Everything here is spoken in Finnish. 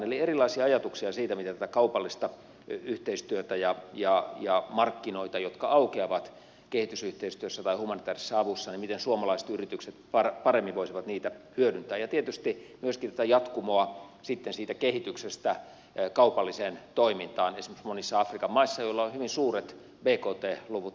eli on erilaisia ajatuksia siitä miten tätä kaupallista yhteistyötä ja markkinoita jotka aukeavat kehitysyhteistyössä tai humanitäärisessä avussa suomalaiset yritykset paremmin voisivat hyödyntää ja tietysti myöskin tätä jatkumoa sitten siitä kehityksestä kaupalliseen toimintaan esimerkiksi monissa afrikan maissa missä on hyvin suuret bkt luvut